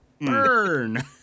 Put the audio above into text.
Burn